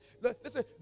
Listen